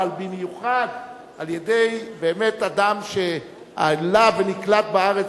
אבל במיוחד על-ידי אדם שעלה ונקלט בארץ